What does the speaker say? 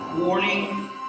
Warning